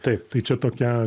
taip tai čia tokia